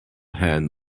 hand